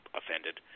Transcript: offended